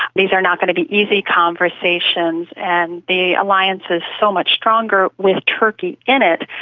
these are not going to be easy conversations, and the alliance is so much stronger with turkey in it,